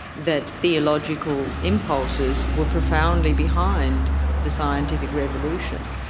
the theological impulses were profoundly behind the scientific revolution.